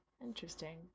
Interesting